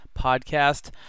podcast